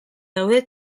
daude